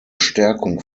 stärkung